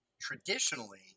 traditionally